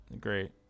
great